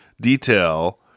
detail